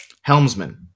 Helmsman